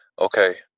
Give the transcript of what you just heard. okay